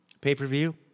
pay-per-view